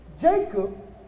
Jacob